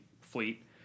fleet